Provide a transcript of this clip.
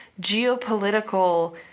geopolitical